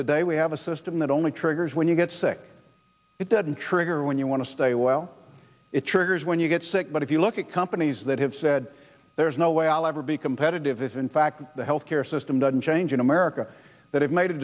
today we have a system that only triggers when you get sick it doesn't trigger when you want to stay well it triggers when you get sick but if you look at companies that have said there's no way i'll ever be competitive if in fact the health care system doesn't change in america that i've made a